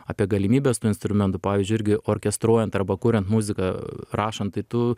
apie galimybes tų instrumentų pavyzdžiui irgi orkestruojant arba kuriant muziką rašant tai tu